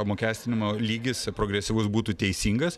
apmokestinimo lygis progresyvus būtų teisingas